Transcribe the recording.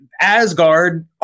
Asgard